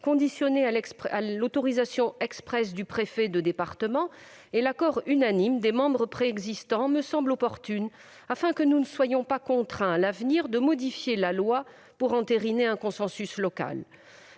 conditionnée à l'autorisation expresse du préfet de département et à l'accord unanime des membres préexistants, me semble opportune afin que nous ne soyons pas contraints, à l'avenir, de modifier la loi pour entériner un consensus local.